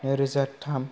नैरोजा थाम